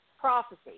prophecy